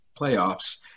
playoffs